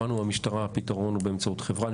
שמענו מהמשטרה פתרון, הוא באמצעות חברה.